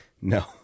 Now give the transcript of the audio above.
no